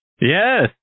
Yes